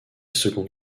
seconde